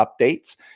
updates